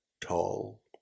tall